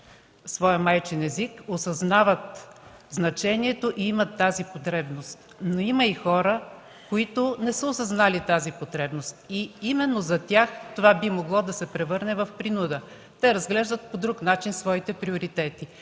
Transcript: своя майчин език – осъзнават значението и имат тази потребност, но има и хора, които не са осъзнали тази потребност и именно за тях това би могло да се превърне в принуда. Те разглеждат по друг начин своите приоритети.